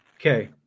Okay